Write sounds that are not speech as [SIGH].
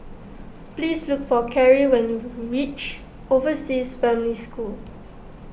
please look for Carrie when you [UNINTELLIGIBLE] reach Overseas Family School